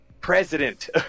president